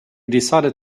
decided